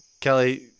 Kelly